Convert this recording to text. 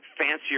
fancier